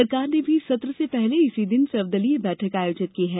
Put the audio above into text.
सरकार ने भी सत्र से पहले इसी दिन सर्वदलीय बैठक आयोजित की है